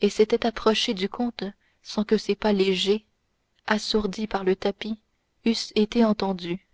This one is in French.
et s'était approchée du comte sans que ses pas légers assourdis par le tapis eussent été entendus